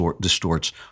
distorts